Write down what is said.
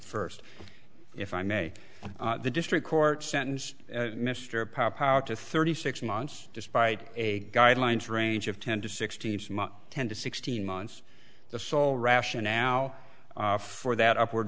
first if i may the district court sentenced mr pop out to thirty six months despite a guidelines range of ten to sixteen ten to sixteen months the sole rationale for that upward